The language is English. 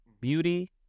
Beauty